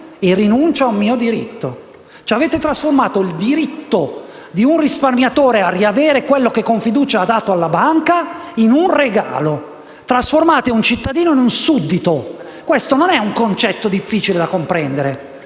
e rinuncio ad un mio diritto». Avete trasformato il diritto di un risparmiatore di riavere quello che con fiducia ha dato alla banca, in un regalo. Trasformate un cittadino in un suddito. Questo non è un concetto difficile da comprendere,